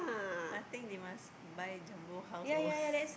I think they must buy jumbo house or what